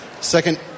Second